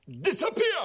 disappear